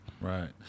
Right